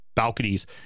balconies